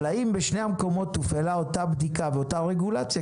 אבל האם בשני המקומות הופעלה אותה בדיקה ואותה רגולציה?